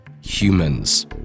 Humans